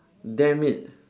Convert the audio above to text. damn it